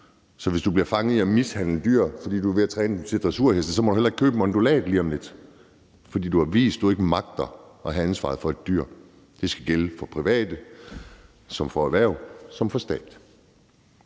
Så hvis du bliver fanget i at mishandle dyr, fordi du er ved at træne dressurheste, må du heller ikke købe en undulat lige om lidt, for du har vist, at du ikke magter at have ansvaret for et dyr. Det skal gælde for private såvel som for erhverv og for staten.